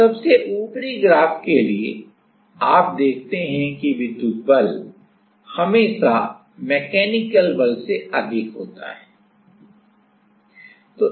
सबसे ऊपरी ग्राफ के लिए आप देखते हैं कि विद्युत बल हमेशा यांत्रिक बल से अधिक होता है